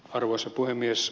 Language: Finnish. arvoisa puhemies